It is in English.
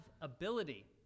ability